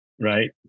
Right